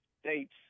states